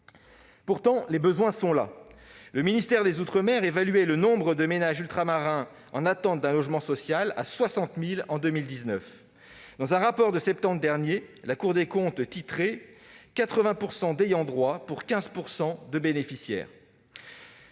Pourtant, les besoins sont réels ! Le ministère des outre-mer évaluait le nombre de ménages ultramarins en attente d'un logement social à 60 000 en 2019. Dans un rapport de septembre dernier, la Cour des comptes évoquait « 80 % d'ayants droit pour 15 % de bénéficiaires ».